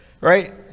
Right